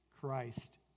Christ